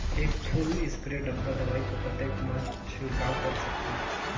एक full spray डब्बा दवाई को कतेक म छिड़काव कर सकथन?